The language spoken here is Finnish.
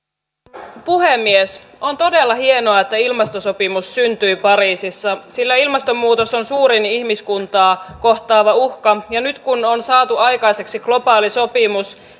arvoisa puhemies on todella hienoa että ilmastosopimus syntyi pariisissa sillä ilmastonmuutos on suurin ihmiskuntaa kohtaava uhka ja nyt kun on saatu aikaiseksi globaali sopimus